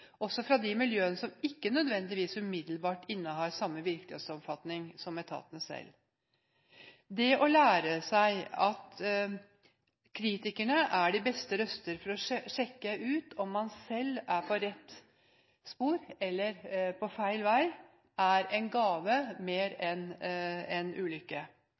også fra de miljøene som ikke nødvendigvis umiddelbart innehar samme virkelighetsoppfatning som etatene selv. Det å lære seg at kritikerne er de beste røster for å sjekke ut om man selv er på rett spor eller på feil vei, er en gave mer enn en ulykke.